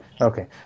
Okay